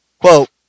Quote